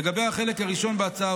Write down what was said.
לגבי החלק הראשון בהצעה,